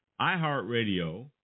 iHeartRadio